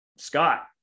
Scott